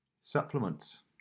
supplements